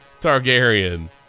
Targaryen